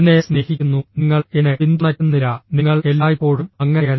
എന്നെ സ്നേഹിക്കുന്നു നിങ്ങൾ എന്നെ പിന്തുണയ്ക്കുന്നില്ല നിങ്ങൾ എല്ലായ്പ്പോഴും അങ്ങനെയല്ല